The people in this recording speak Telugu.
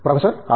professor R